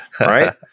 Right